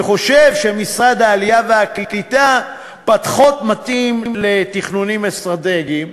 והוא חושב שמשרד העלייה והקליטה פחות מתאים לתכנונים אסטרטגיים,